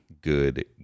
good